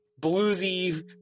bluesy